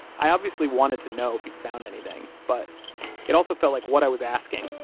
i obviously wanted to know if he'd found anything, but it also felt like what i was asking,